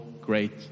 great